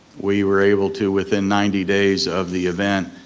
we were able to, within ninety days of the event,